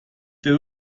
der